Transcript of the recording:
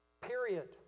period